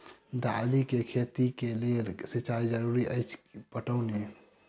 दालि केँ खेती केँ लेल सिंचाई जरूरी अछि पटौनी?